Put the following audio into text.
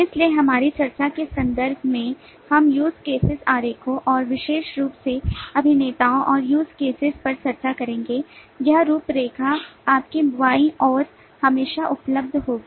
इसलिए हमारी चर्चा के संदर्भ में हम use cases आरेखों और विशेष रूप से अभिनेताओं और use cases पर चर्चा करेंगे यह रूपरेखा आपके बाईं ओर हमेशा उपलब्ध होगी